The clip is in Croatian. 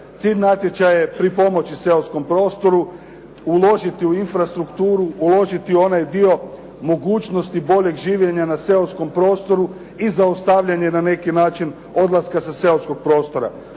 Cilj natječaja je pripomoći seoskom prostoru, uložiti u infrastrukturu, uložiti u onaj dio mogućnosti boljeg življenja na seoskom prostoru i zaustavljanje na neki način odlaska sa seoskog prostora.